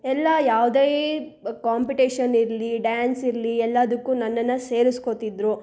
ಎಲ್ಲ ಯಾವುದೇ ಕಾಂಪಿಟೇಷನ್ ಇರಲಿ ಡ್ಯಾನ್ಸ್ ಇರಲಿ ಎಲ್ಲದಕ್ಕೂ ನನ್ನನ್ನು ಸೇರಿಸ್ಕೋತಿದ್ರು